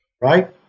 right